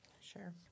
Sure